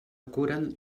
curen